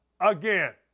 again